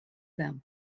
them